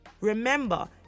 Remember